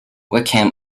wickham